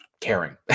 caring